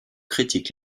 critique